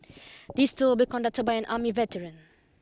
this tour will be conducted by an army veteran